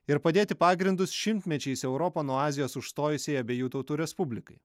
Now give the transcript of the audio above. ir padėti pagrindus šimtmečiais europą nuo azijos užstojusiai abiejų tautų respublikai